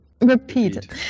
repeat